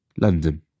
London